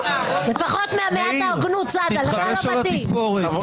לפחות מעט הוגנות, סעדה, לך לא מתאים.